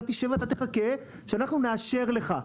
אתה תשב ואתה תחכה שאנחנו נאשר לך.